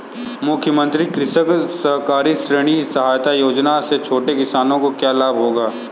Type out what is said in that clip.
मुख्यमंत्री कृषक सहकारी ऋण सहायता योजना से छोटे किसानों को क्या लाभ होगा?